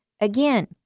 Again